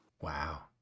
Wow